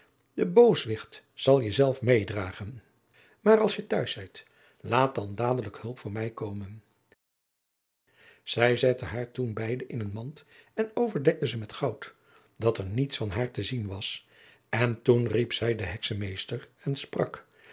de booswicht zal je zelf meêdragen maar als je thuis zijt laat dan dadelijk hulp voor mij komen zij zette haar toen beide in een mand en overdekte ze met goud dat er niets van haar te zien was en toen riep zij den heksenmeester en sprak